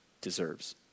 deserves